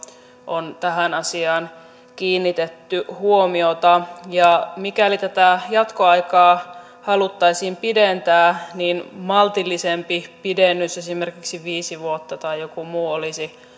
on tähän asiaan kiinnitetty huomiota mikäli tätä jatkoaikaa haluttaisiin pidentää niin maltillisempi pidennys esimerkiksi viisi vuotta tai joku muu olisi